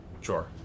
Sure